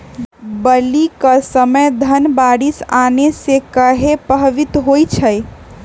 बली क समय धन बारिस आने से कहे पभवित होई छई?